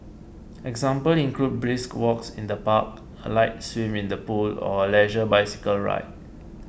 examples include brisk walks in the park a light swim in the pool or a leisure bicycle ride